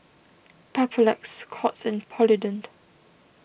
Papulex Scott's and Polident